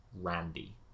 Randy